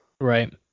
right